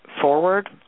forward